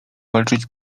walczyli